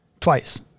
twice